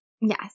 Yes